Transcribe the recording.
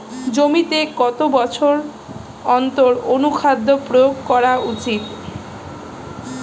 জমিতে কত বছর অন্তর অনুখাদ্য প্রয়োগ করা উচিৎ?